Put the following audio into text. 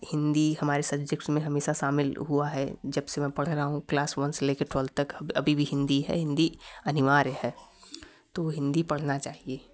हिंदी हमारे संछिक्श में हमेशा शामिल हुआ है जब मैं पढ़ रहा हूँ क्लास वन से लेकर ट्वेल अभी भी हिंदी है हिंदी अनिवार्य है तो हिंदी पढ़ना चाहिए